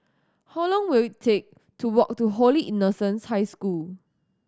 how long will it take to walk to Holy Innocents' High School